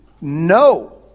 no